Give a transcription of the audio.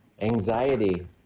anxiety